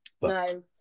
No